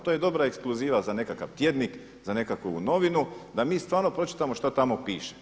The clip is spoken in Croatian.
To je dobra ekskluziva za nekakav tjednik, za nekakovu novinu da mi stvarno pročitamo šta tamo piše.